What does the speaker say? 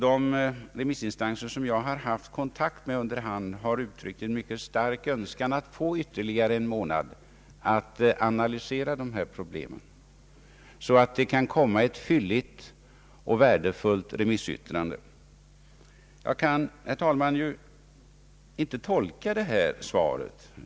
De remissinstanser som jag haft kontakt med under hand har uttryckt en stark önskan att få ytterligare en månad på sig att analysera detta problem, så att det kan komma ett fylligt och värdefullt remissyttrande. Herr talman!